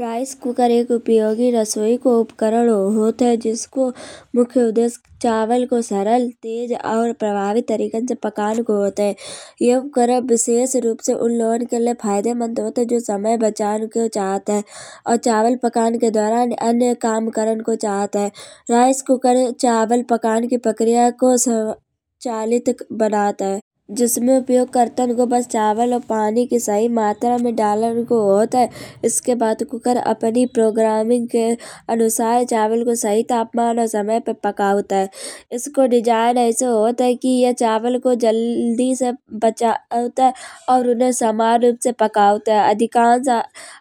Rice cooker एक उपयोगी रसोई को उपकरण होत है। जिसको मुख्य उद्देश्य चावल को सरल तेज और प्रभावी तरीकेन से पकान को होत है। यो उपकरण विशेष रूप से उन लोगन के लाए फायदेमंद होत है। जो समय बचान को चाहत है। और चावल पकान के दौरान अन्या काम करन को चाहत है। राइस कूकर चावल पकान की प्रक्रिया को संचालित बनत है। जिसमें उपयोग करतन को बस चावल और पानी की सही मात्रा में डालन को होत है। इसके बाद कूकर अपनी प्रोग्रामिंग के अनुसार चावल को सही तापमान और समय पे पकावट है। इसको डिज़ाइन ऐसो होत है। कि य़े चावल को जल्दी से बचावट है। और उन्हे समान रूप से पकावट है। अधिकांश